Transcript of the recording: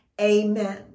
amen